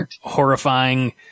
horrifying